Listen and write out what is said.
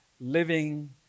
living